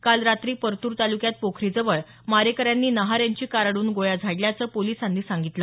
काल रात्री परतूर तालुक्यात पोखरीजवळ मारेकऱ्यांनी नहार यांची कार अडवून गोळ्या झाडल्याचं पोलिसांनी सांगितलं